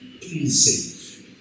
Please